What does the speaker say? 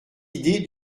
idée